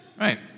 right